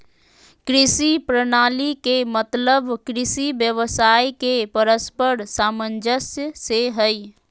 कृषि प्रणाली के मतलब कृषि व्यवसाय के परस्पर सामंजस्य से हइ